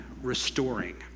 restoring